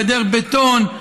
גדר בטון,